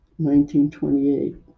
1928